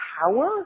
power